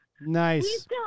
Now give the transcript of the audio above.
nice